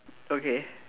okay